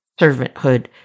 servanthood